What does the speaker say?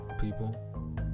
people